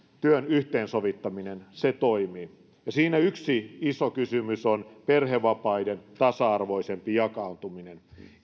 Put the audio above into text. työn yhteensovittaminen toimii siinä yksi iso kysymys on perhevapaiden tasa arvoisempi jakautuminen